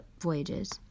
voyages